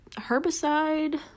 herbicide